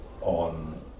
on